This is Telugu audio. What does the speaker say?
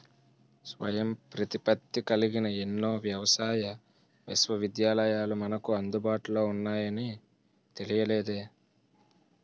స్వయం ప్రతిపత్తి కలిగిన ఎన్నో వ్యవసాయ విశ్వవిద్యాలయాలు మనకు అందుబాటులో ఉన్నాయని తెలియలేదే